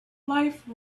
life